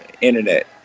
Internet